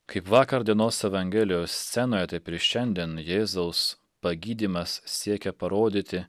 kaip vakar dienos evangelijos scenoje taip ir šiandien jėzaus pagydymas siekia parodyti